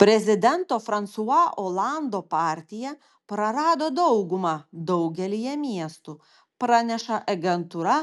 prezidento fransua olando partija prarado daugumą daugelyje miestų praneša agentūra